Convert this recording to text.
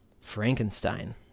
Frankenstein